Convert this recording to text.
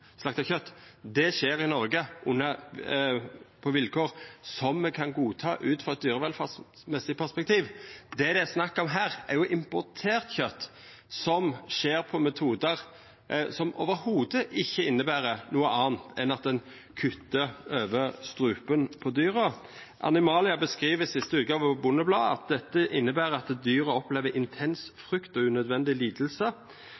skjer i Noreg under vilkår som me kan godta ut frå eit dyrevelferdsperspektiv. Det det er snakk om her, er importert kjøt som er slakta etter metodar som ikkje inneber noko anna enn at ein kuttar over strupen på dyra. Ein veterinær som er rettleiar for m.a. Animalia, seier i Bondebladet den 13. februar at dette inneber at